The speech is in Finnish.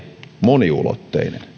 moniulotteinen